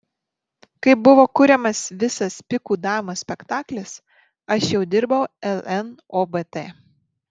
kai buvo kuriamas visas pikų damos spektaklis aš jau dirbau lnobt